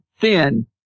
thin